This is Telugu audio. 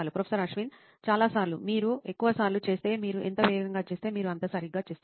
ప్రొఫెసర్ అశ్విన్ చాలా సార్లు మీరు ఎక్కువ సార్లు చేస్తే మీరు ఎంత వేగంగా చేస్తే మీరు అంత సరిగ్గా చేస్తారు